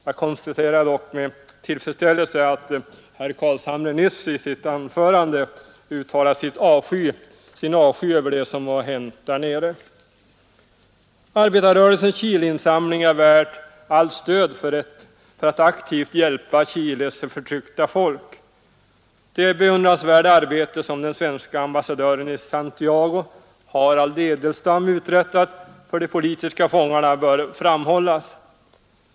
Jag konstaterar dock med tillfredsställelse att herr Carlshamre nyss i sitt anförande uttalade sin avsky över vad som hänt i Chile. Arbetarrörelsens Chileinsamling är värd allt stöd för att aktivt hjälpa Chiles förtryckta folk. Det beundransvärda arbete som den svenska ambassadören Harald Edelstam i Santiago uträttat för de politiska fångarna bör framhållas.